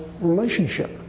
relationship